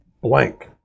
blank